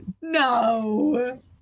No